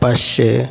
पाचशे